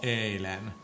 eilen